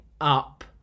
up